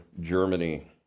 Germany